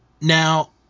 Now